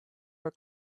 her